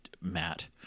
matt